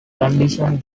condition